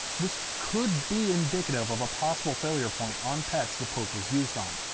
this could be indicative of a possible failure point on pets the poke was used on.